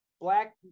black